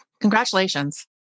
Congratulations